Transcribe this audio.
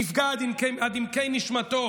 נפגע עד עמקי נשמתו